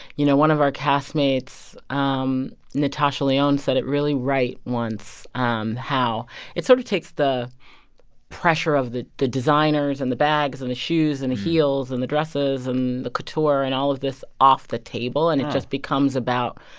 you know, one of our cast mates, um natasha leone, said it really right once um how it sort of takes the pressure of the the designers and the bags and the shoes and heels and the dresses and the couture and all of this off the table. and it just becomes about,